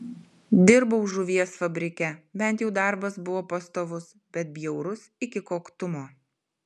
dirbau žuvies fabrike bent jau darbas buvo pastovus bet bjaurus iki koktumo